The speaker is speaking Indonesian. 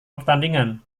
pertandingan